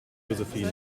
josephine